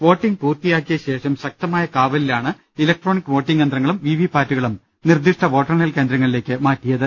voting പൂർത്തിയായി ക്കഴിഞ്ഞശേഷം ശക്തമായ കാവലിലാണ് ഇലക്ട്രോണിക് വോട്ടിംഗ് യന്ത്രങ്ങളും വിവിപാറ്റുകളും നിർദ്ദിഷ്ട വോട്ടെണ്ണൽ കേന്ദ്രങ്ങളിലേക്ക് മാറ്റിയത്